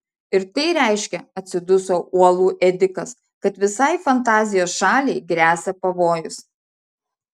ir tai reiškia atsiduso uolų ėdikas kad visai fantazijos šaliai gresia pavojus